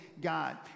God